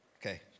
Okay